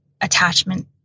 attachment